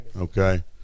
Okay